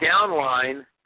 downline